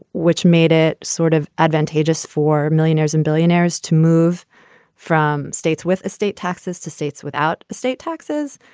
which made it sort of advantageous for millionaires and billionaires to move from states with estate taxes to states without state taxes.